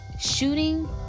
shooting